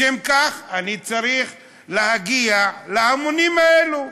לשם כך אני צריך להגיע להמונים האלה,